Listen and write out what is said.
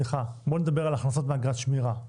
בואי נדבר על הכנסות מאגרת שמירה,